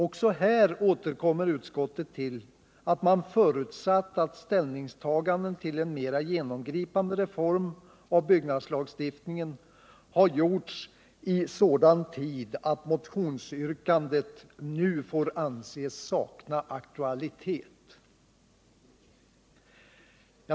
Också här återkommer utskottet till att man förutsatt att ställningstaganden till en mer genomgripande reform av byggnadslagstiftningen har gjorts i sådan tid att motionsyrkandet nu får anses sakna aktualitet.